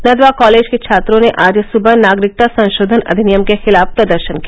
Nadwa college के छात्रों ने आज सुबह नागरिकता संशोधन अधिनियम के खिलाफ प्रदर्शन किया